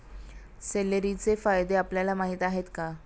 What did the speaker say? सेलेरीचे फायदे आपल्याला माहीत आहेत का?